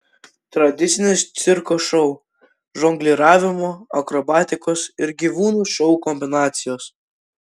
tradicinis cirko šou žongliravimo akrobatikos ir gyvūnų šou kombinacijos